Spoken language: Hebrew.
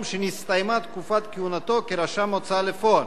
שנסתיימה תקופת כהונתו כרשם ההוצאה לפועל,